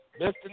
Mr